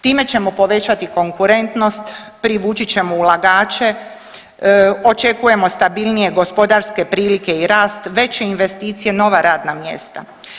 Time ćemo povećati konkurentnost, privući ćemo ulagače, očekujemo stabilnije gospodarske prilike i rast, veće investicije, nova radna mjesta.